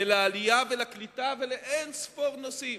ולעלייה ולקליטה, ולאין-ספור נושאים.